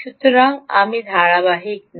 সুতরাং আমি ধারাবাহিক না